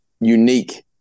unique